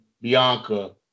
Bianca